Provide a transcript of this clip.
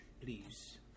please